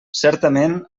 certament